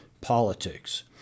politics